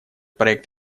проект